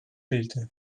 fehlte